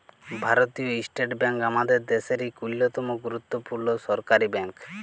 ভারতীয় state bank আমাদের দ্যাশের ইক অল্যতম গুরুত্তপুর্ল সরকারি ব্যাংক